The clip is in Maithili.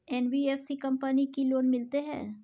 एन.बी.एफ.सी कंपनी की लोन मिलते है?